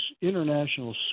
international